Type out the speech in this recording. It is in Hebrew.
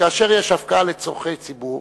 שכאשר יש הפקעה לצורכי ציבור,